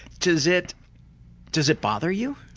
does it does it bother you?